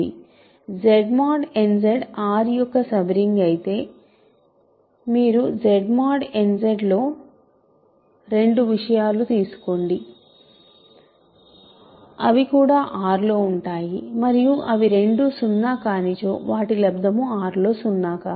Z mod n Z R యొక్క subring R అయితే మీరు Z mod n Z లో రెండు విషయాలు తీసుకోండి అవి కూడా R లో ఉంటాయి మరియు అవి రెండూ సున్నా కానిచో వాటి లబ్దము R లో సున్నా కాదు